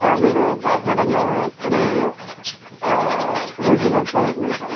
sir నేను బ్యాట్మెంటెను కొని రూల్స్ నేర్చుకోవాలి అనుకున్నాను సార్